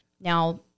Now